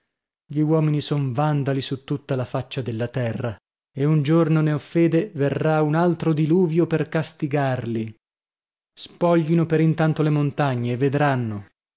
gli uomini son vandali su tutta la faccia della terra e un giorno ne ho fede verrà un altro diluvio per castigarli spoglino per intanto le montagne e vedranno